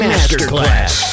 Masterclass